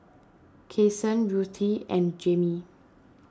Kason Ruthie and Jamey